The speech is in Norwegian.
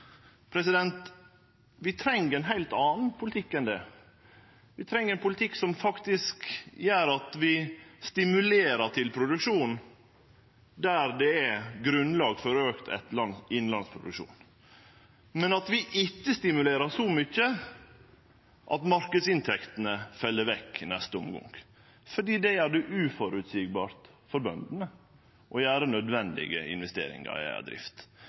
Vi treng ein heilt annan politikk enn det. Vi treng ein politikk som faktisk gjer at vi stimulerer til produksjon der det er grunnlag for auka innlandsproduksjon, men at vi ikkje stimulerer så mykje at marknadsinntektene fell vekk i neste omgang, for det gjer det uføreseieleg for bøndene med tanke på å gjere nødvendige investeringar i eiga drift.